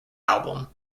album